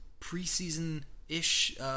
preseason-ish